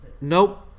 Nope